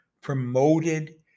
promoted